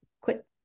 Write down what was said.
quit